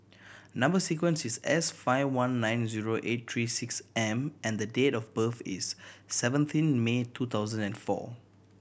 number sequence is S five one nine zero eight three six M and the date of birth is seventeen May two thousand and four